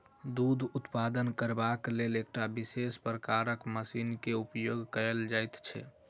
दूध उत्पादन करबाक लेल एकटा विशेष प्रकारक मशीन के उपयोग कयल जाइत छै